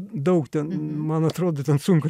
daug ten man atrodo ten sunku